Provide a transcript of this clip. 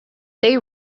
they